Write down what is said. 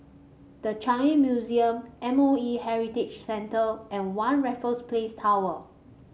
The Changi Museum M O E Heritage Center and One Raffles Place Tower